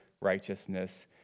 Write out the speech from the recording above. righteousness